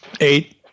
Eight